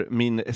min